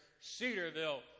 Cedarville